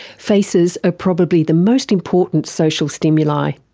faces are probably the most important social stimuli.